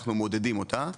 אנחנו מודדים אותה,